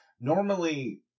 normally